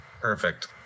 Perfect